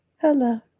Hello